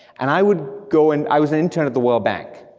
and i would go, and i was an intern at the world bank,